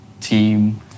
team